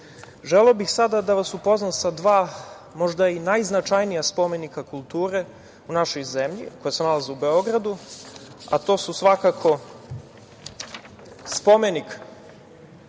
želeo bih sada da vas upoznam sa dva možda i najznačajnija spomenika kulture u našoj zemlji koja se nalaze u Beogradu, a to su svakako spomenik